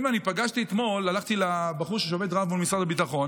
אתמול הלכתי לבחור ששובת רעב במשרד הביטחון,